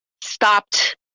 Stopped